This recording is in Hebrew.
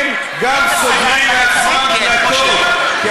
הם גם סוגרים לעצמם דלתות.